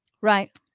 Right